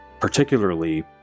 particularly